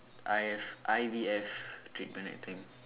I F I_V_F treatment I think